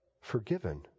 forgiven